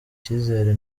cyizere